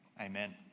amen